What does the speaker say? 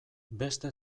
beste